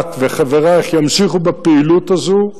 את וחברייך, תמשיכו בפעילות הזאת,